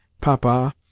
papa